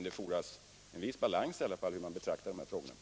Det fordras emellertid att man betraktar de här frågorna med en viss balans.